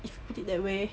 if you put it that way